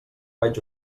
vaig